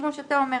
כמו שאתה אומר.